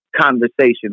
Conversation